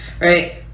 right